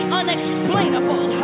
unexplainable